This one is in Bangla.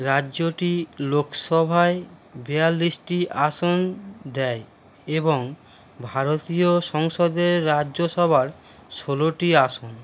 রাজ্যটি লোকসভায় বিয়াল্লিশটি আসন দেয় এবং ভারতীয় সংসদের রাজ্যসভার ষোলোটি আসন